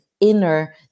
inner